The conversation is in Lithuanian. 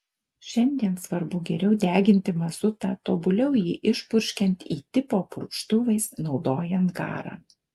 šiandien svarbu geriau deginti mazutą tobuliau jį išpurškiant y tipo purkštuvais naudojant garą